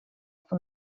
for